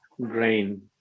grain